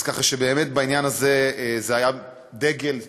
אז ככה שבאמת בעניין הזה זה היה דגל,